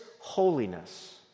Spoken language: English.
holiness